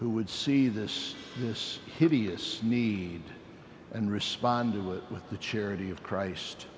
who would see this this hideous need and respond to it with the charity of christ